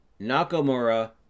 Nakamura